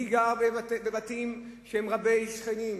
מי גר בבתים שהם רבי-שכנים?